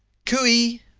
cooey!